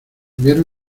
hubiera